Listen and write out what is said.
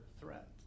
threat